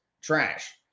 trash